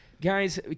Guys